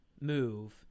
move